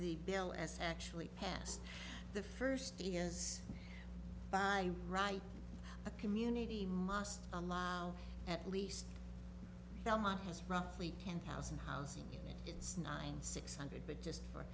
the bill as actually passed the first videos by right a community must allow at least some of his roughly ten thousand housing units it's nine six hundred but just for